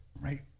right